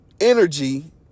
energy